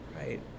right